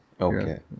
okay